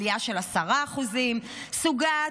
עלייה של 10%; סוגת,